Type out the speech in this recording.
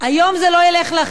היום זה לא ילך לכם.